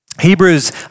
Hebrews